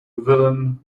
villain